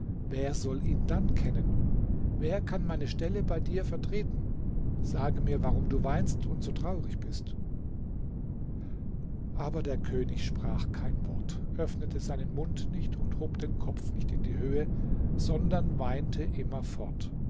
wer soll ihn dann kennen wer kann meine stelle bei dir vertreten sage mir warum du weinst und so traurig bist aber der könig sprach kein wort öffnete seinen mund nicht und hob den kopf nicht in die höhe sondern weinte